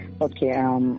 Okay